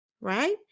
right